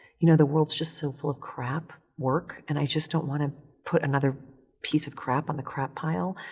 you know, the world's just so full of crap work and i just don't wanna put another piece of crap on the crap pile.